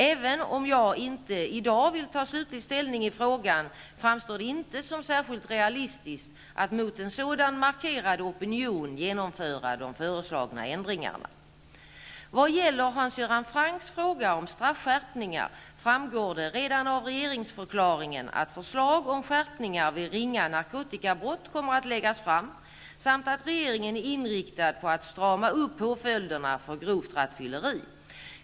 Även om jag i dag inte vill ta slutlig ställning i frågan framstår det inte som särskilt realistiskt att mot en sådan markerad opinion genomföra de föreslagna ändringarna. Vad gäller Hans Göran Francks fråga om straffskärpningar framgår det redan av regeringsförklaringen att förslag om skärpningar vid ringa narkotikabrott kommer att läggas fram samt att regeringen är inriktad på att strama upp påföljderna för grovt rattfylleri.